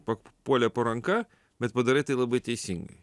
papuolė po ranka bet padarai tai labai teisingai